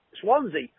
Swansea